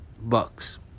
Bucks